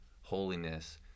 holiness